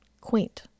quaint